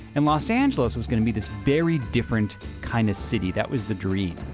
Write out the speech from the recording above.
and los angeles was going to be this very different kind of city. that was the dream.